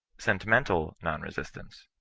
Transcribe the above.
sentimental non-resistance,